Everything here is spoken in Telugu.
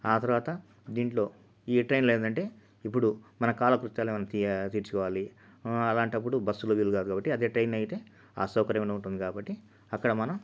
ఆ తరువాత దీంట్లో ఈ ట్రైన్లో ఏందంటే ఇప్పుడు మన కాలకృత్యాలు ఏమైనా తీయా తీర్చుకోవాలి అలాంటపుడు బస్సులో వీలుకాదు కాబట్టి అదే ట్రైన్లో అయితే ఆ సౌకర్యంగా ఉంటుంది కాబట్టి అక్కడ మనం